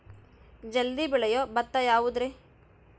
ಜಲ್ದಿ ಬೆಳಿಯೊ ಭತ್ತ ಯಾವುದ್ರೇ?